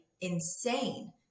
insane